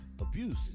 abuse